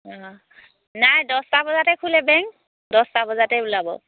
অঁ নাই দহটা বজাতে খোলে বেংক দহটা বজাতে ওলাব